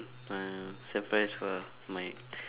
uh surprise for my